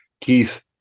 Keith